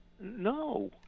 No